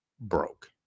broke